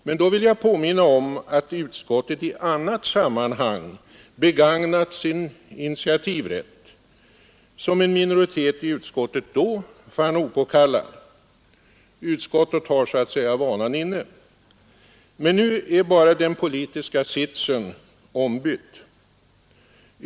Men då vill jag påminna om att utskottet i annat sammanhang har begagnat sin initiativrätt, vilket en minoritet i utskottet vid det tillfället fann opåkallat. Utskottet har så att säga vanan inne. Men nu är bara den politiska sitsen ombytt.